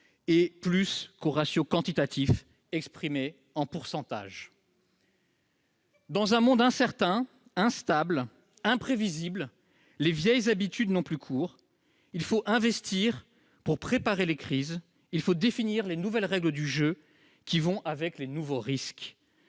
plus qu'aux ratios quantitatifs exprimés en pourcentages. Dans un monde incertain, instable, imprévisible, les vieilles habitudes n'ont plus cours ; il faut investir pour préparer les crises et définir les nouvelles règles du jeu qui vont avec les nouveaux risques.